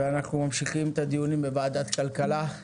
ואנחנו ממשיכים את הדיונים בוועדת הכלכלה.